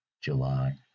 July